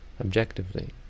objectively